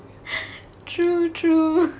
true true